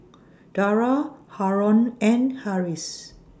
Dara Haron and Harris